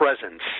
presence